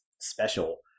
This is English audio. special